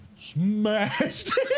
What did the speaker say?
smashed